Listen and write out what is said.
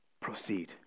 Proceed